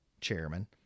chairman